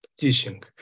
teaching